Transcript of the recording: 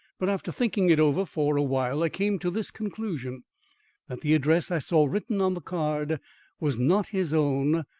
but after thinking it over for awhile, i came to this conclusion that the address i saw written on the card was not his own,